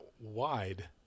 wide